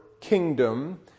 kingdom